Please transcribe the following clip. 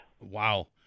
Wow